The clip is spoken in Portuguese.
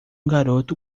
garoto